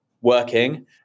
working